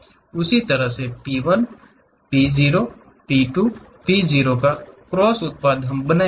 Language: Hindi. इसी तरह P1 P0 P2 P0 cross उत्पाद हम बनाएंगे